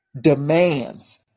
demands